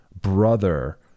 brother